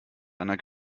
einer